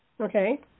okay